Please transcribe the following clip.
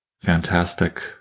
fantastic